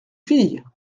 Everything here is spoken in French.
fille